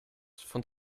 von